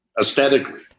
aesthetically